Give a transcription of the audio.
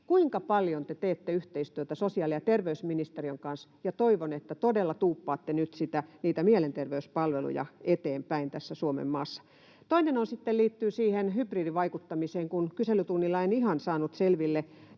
Kuinka paljon te teette yhteistyötä sosiaali- ja terveysministeriön kanssa? Toivon, että todella tuuppaatte nyt niitä mielenterveyspalveluja eteenpäin tässä Suomen maassa. Toinen liittyy sitten siihen hybridivaikuttamiseen: Kyselytunnilla en ihan saanut selville